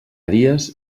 dies